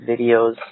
videos